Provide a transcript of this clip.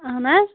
اَہَن حظ